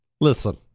Listen